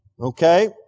Okay